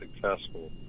successful